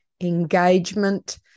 engagement